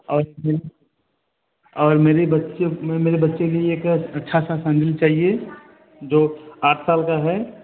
और और मेरे बच्चे मेरे बच्चे के लिए एक अच्छा सा सैंडिल चाहिए जो आठ साल का है